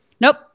nope